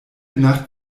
nacht